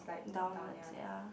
downwards ya